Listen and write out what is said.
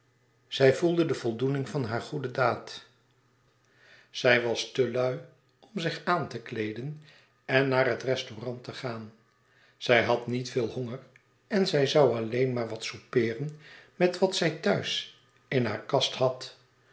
zij voelde de voldoening van hare goede daad zij was te lui om zich aan te kleeden en naar den restau e ids aargang rant te gaan zij had niet veel honger en zij zoû alleen maar wat soupeeren met wat zij thuis in haar kast had